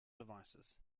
devices